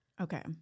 Okay